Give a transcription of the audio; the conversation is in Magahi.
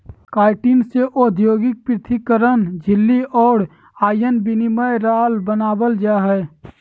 काइटिन से औद्योगिक पृथक्करण झिल्ली और आयन विनिमय राल बनाबल जा हइ